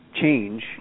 change